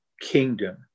kingdom